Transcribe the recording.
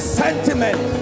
sentiment